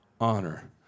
honor